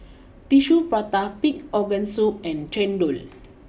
Tissue Prata Pig Organ Soup and Chendol